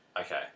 Okay